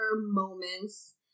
moments